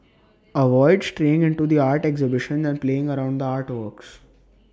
avoid straying into the art exhibitions and playing around the artworks